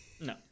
No